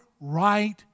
right